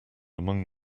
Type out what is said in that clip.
among